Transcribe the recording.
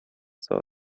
saw